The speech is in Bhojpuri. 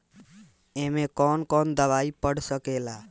ए में कौन कौन दवाई पढ़ सके ला?